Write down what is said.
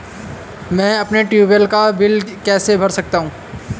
मैं अपने ट्यूबवेल का बिल कैसे भर सकता हूँ?